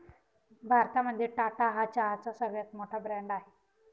भारतामध्ये टाटा हा चहाचा सगळ्यात मोठा ब्रँड आहे